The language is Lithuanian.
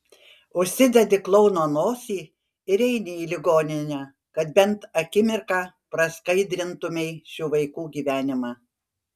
užsidedi klouno nosį ir eini į ligoninę kad bent akimirką praskaidrintumei šių vaikų gyvenimą